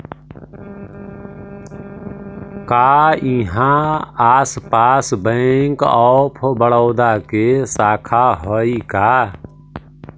का इहाँ आसपास बैंक ऑफ बड़ोदा के शाखा हइ का?